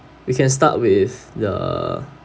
we can start with the